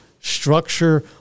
structure